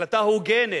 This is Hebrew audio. החלטה הוגנת,